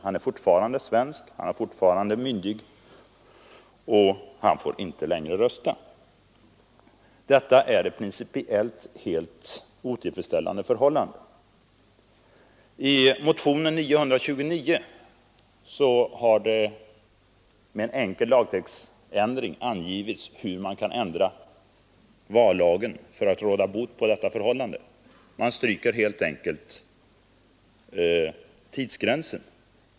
Han är fortfarande svensk, han är fortfarande myndig, men han får inte längre rösta. Detta är ett principiellt otillfredsställande förhållande. I motionen 929 har det angivits hur man med en enkel lagtextändring kan råda bot på detta förhållande: man stryker helt enkelt tidsgränsen.